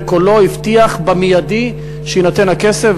בקולו הבטיח שבמיידי יינתן הכסף,